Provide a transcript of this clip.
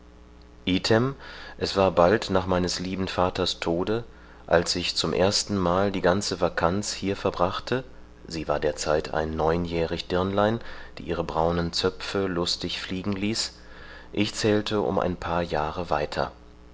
es war bald nach meines lieben vaters tode als ich zum ersten mal die ganze vacanz hier verbrachte sie war derzeit ein neunjährig dirnlein die ihre braunen zöpfe lustig fliegen ließ ich zählte um ein paar jahre weiter